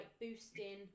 boosting